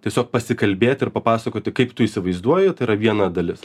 tiesiog pasikalbėti ir papasakoti kaip tu įsivaizduoji tai yra viena dalis